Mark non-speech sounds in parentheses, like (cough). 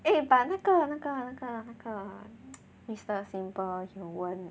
eh but 那个那个那个那个 (noise) mister simple he won't